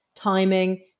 Timing